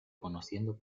conociendo